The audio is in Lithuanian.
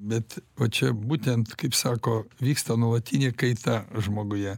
bet va čia būtent kaip sako vyksta nuolatinė kaita žmoguje